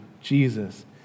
Jesus